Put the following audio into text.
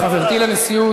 חברתי לנשיאות,